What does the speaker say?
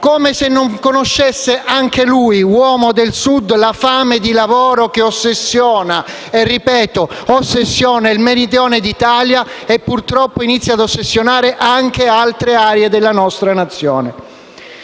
Marte) e non conoscesse anche lui, uomo del Sud, la fame di lavoro che ossessiona - ripeto, ossessiona - il Meridione d'Italia e, purtroppo, inizia a ossessionare anche altre aree della nostra Nazione.